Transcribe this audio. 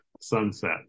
sunset